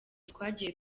twagiye